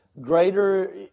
greater